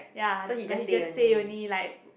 ya but he just say only like